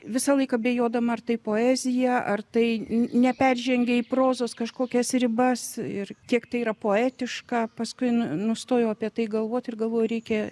visąlaik abejodama ar tai poezija ar tai neperžengia į prozos kažkokias ribas ir kiek tai yra poetiška paskui nu nustojau apie tai galvot ir galvoju reikia